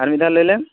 ᱟᱨ ᱢᱤᱫ ᱫᱷᱟᱣ ᱞᱟ ᱭᱞᱮᱢ